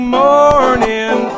morning